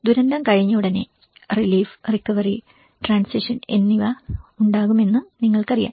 ദുരന്തം കഴിഞ്ഞയുടനെ relief recovery transition എന്നിവ ഉണ്ടാകുമെന്നു നിങ്ങൾക്കറിയാം